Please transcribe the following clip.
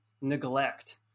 neglect